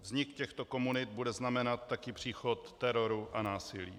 Vznik těchto komunit bude znamenat také příchod teroru a násilí.